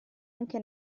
anche